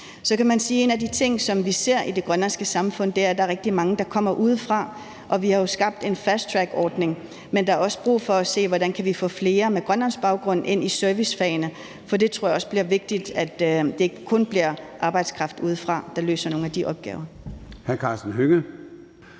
Så kan man sige, at en af de ting, som vi ser i det grønlandske samfund, er, at der er rigtig mange, der kommer udefra. Vi har jo skabt en fasttrackordning, men der er også brug for at se, hvordan vi kan få flere med grønlandsk baggrund ind i servicefagene, for det tror jeg også bliver vigtigt, så er det ikke kun bliver arbejdskraft udefra, der løser nogle af de opgaver.